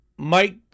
Mike